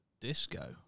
disco